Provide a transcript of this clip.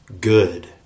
good